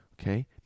Okay